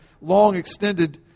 long-extended